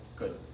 good